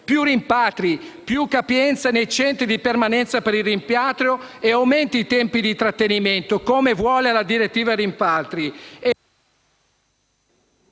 più rimpatri; più capienza nei centri di permanenza per il rimpatrio. Aumenti i tempi di trattenimento, come previsto dalla direttiva sui rimpatri;